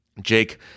Jake